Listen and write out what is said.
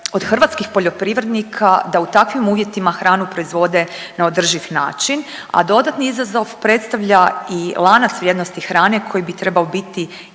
od hrvatskih poljoprivrednika da u takvim uvjetima hranu proizvode na održiv način, a dodatni izazov predstavlja i lanac vrijednosti hrane koji bi trebao biti